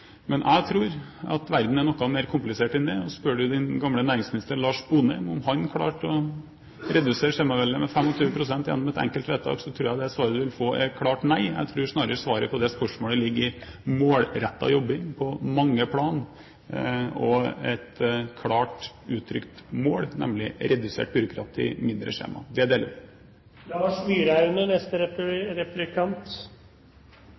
Men jeg tror at verden er noe mer komplisert enn det. Spør du din gamle næringsminister, Lars Sponheim, om han klarte å redusere skjemaveldet med 25 pst. gjennom et enkelt vedtak, tror jeg det svaret du ville få, er klart nei. Jeg tror snarere svaret på det spørsmålet ligger i målrettet jobbing på mange plan og et klart uttrykt mål, nemlig redusert byråkrati, mindre skjema. Det